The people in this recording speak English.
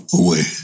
away